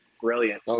Brilliant